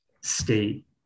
state